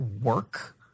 work